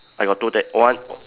I got two ted~ one